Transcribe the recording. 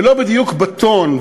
ולא בדיוק בטון,